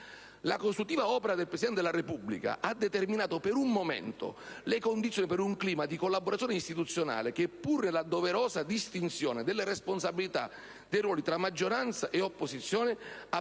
La costruttiva opera del Presidente della Repubblica ha determinato per un momento le condizioni per un clima di collaborazione istituzionale che, pur nella doverosa distinzione delle responsabilità dei ruoli tra maggioranza e opposizione, ha